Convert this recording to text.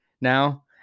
now